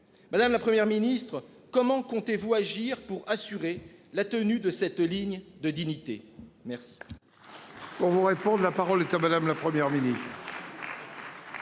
Madame, la Première ministre, comment comptez-vous agir pour assurer la tenue de cette ligne de dignité. Merci. On vous la parole est à madame la Première ministre.